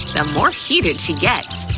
the more heated she gets!